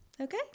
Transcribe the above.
Okay